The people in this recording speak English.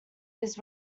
his